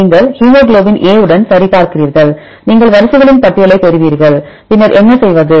நீங்கள் haemoglobin A உடன் சரிபார்க்கிறீர்கள் நீங்கள் வரிசைகளின் பட்டியலைப் பெறுவீர்கள் பின்னர் என்ன செய்வது